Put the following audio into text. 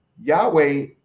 Yahweh